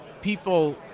people